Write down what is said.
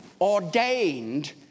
ordained